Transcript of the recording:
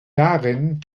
darin